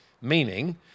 meaning